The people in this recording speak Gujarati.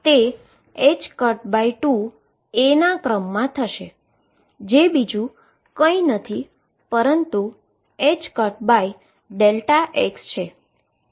તે 2 a ના ક્રમમાં હશે જે કઈ નથી પરંતુ x છે